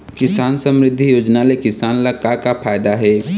किसान समरिद्धि योजना ले किसान ल का का फायदा हे?